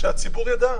שהציבור ידע,